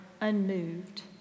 unmoved